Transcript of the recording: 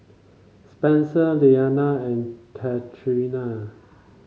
Spencer Leanna and Catrina